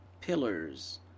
pillars